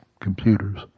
computers